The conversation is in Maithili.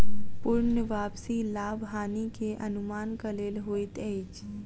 पूर्ण वापसी लाभ हानि के अनुमानक लेल होइत अछि